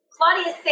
Claudia